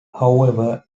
however